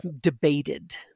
debated